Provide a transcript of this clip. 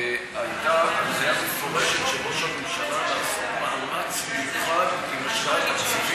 והייתה קריאה מפורשת של ראש הממשלה לעשות מאמץ מיוחד להשוואת תקציבים,